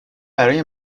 برای